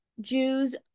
Jews